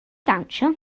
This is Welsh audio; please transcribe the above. dawnsio